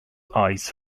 ice